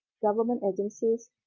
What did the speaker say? government agencies,